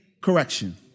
correction